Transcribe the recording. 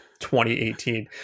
2018